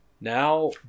Now